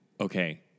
Okay